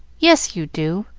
yes, you do!